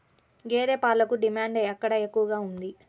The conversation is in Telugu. గేదె పాలకు డిమాండ్ ఎక్కడ ఎక్కువగా ఉంది?